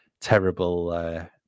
terrible